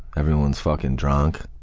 everyone's fucking drunk,